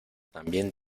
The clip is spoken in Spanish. también